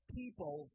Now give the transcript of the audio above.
people